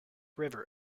river